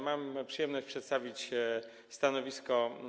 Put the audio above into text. Mam przyjemność przedstawić stanowisko